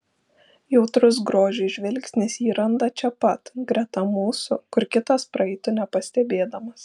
jautrus grožiui žvilgsnis jį randa čia pat greta mūsų kur kitas praeitų nepastebėdamas